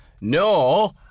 No